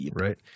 Right